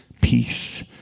peace